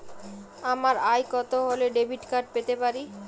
আমার আয় কত হলে ডেবিট কার্ড পেতে পারি?